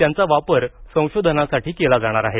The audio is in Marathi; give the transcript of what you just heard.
त्यांचा वापर संशोधनासाठी केला जाणार आहे